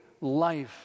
life